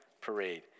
parade